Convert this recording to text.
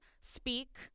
speak